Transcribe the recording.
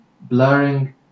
blurring